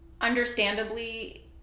Understandably